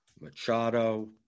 Machado